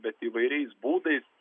bet įvairiais būdais